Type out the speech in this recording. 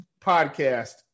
podcast